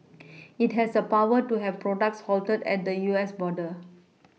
it has the power to have products halted at the U S border